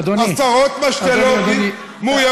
אדוני, אדוני, שעשרות משתלות מאוימות.